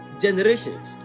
generations